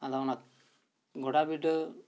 ᱟᱫᱚ ᱚᱱᱟ ᱜᱚᱰᱟ ᱵᱤᱰᱟᱹ